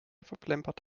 verplempert